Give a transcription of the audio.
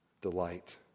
delight